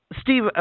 Steve